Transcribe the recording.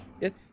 Yes